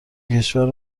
کشور